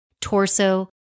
torso